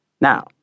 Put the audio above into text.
Now